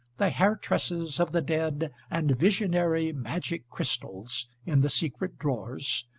the hair-tresses of the dead and visionary magic crystals in the secret drawers,